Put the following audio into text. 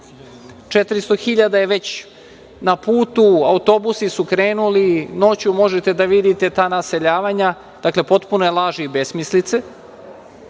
400.000 je već na putu, autobusi su krenuli, noću možete da vidite ta naseljavanja. Dakle, potpune laži i besmislice